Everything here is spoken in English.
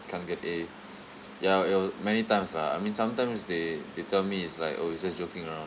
can't get a ya it was many times lah I mean sometimes they they tell me is like oh it's just joking right